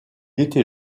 était